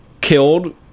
killed